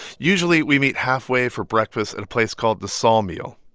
usually we meet halfway for breakfast at a place called the sawmeal.